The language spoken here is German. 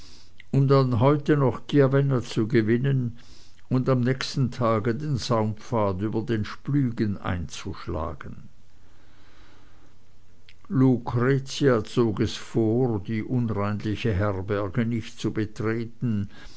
um dann heute noch chiavenna zu gewinnen und am nächsten tage den saumpfad über den splügen einzuschlagen lucretia zog es vor die unreinliche herberge nicht zu betreten